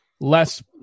less